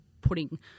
putting